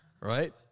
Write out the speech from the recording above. right